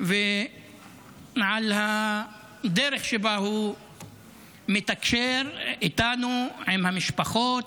ועל הדרך שבה הוא מתקשר איתנו ועם המשפחות,